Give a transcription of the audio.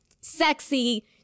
sexy